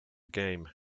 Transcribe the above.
game